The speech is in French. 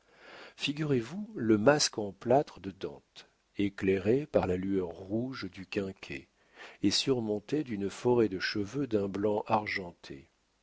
figurez-vous le masque en plâtre de dante éclairé par la lueur rouge du quinquet et surmonté d'une forêt de cheveux d'un blanc argenté